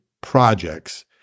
projects